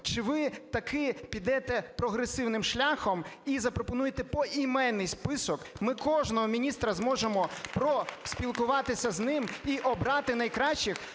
Чи ви таки підете прогресивним шляхом і запропонуєте поіменний список, ми кожного міністра, зможемо поспілкуватися з ним і обрати найкращих,